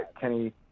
Kenny